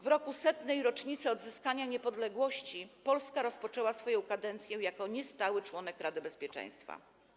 W roku 100. rocznicy odzyskania niepodległości Polska rozpoczęła swoją kadencję jako niestały członek Rady Bezpieczeństwa.